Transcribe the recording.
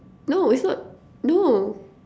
no it's not no